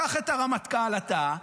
קח את הרמטכ"ל אתה,